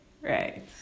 Right